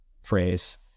phrase